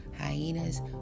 hyenas